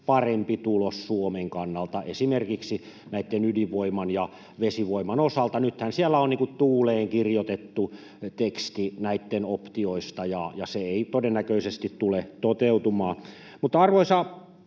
parempi tulos Suomen kannalta, esimerkiksi näitten ydinvoiman ja vesivoiman osalta. Nythän siellä on niin kuin tuuleen kirjoitettu teksti näitten optioista, ja se ei todennäköisesti tule toteutumaan.